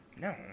no